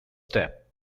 step